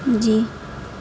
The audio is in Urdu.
جی